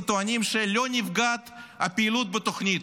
וטוענים שלא נפגעת הפעילות בתוכנית.